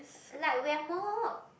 like we're more